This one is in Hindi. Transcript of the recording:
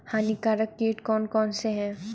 हानिकारक कीट कौन कौन से हैं?